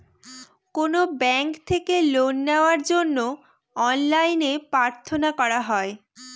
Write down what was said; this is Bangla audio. কোনো ব্যাঙ্ক থেকে লোন নেওয়ার জন্য অনলাইনে ভাবে প্রার্থনা করা হয়